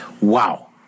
Wow